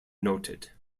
noted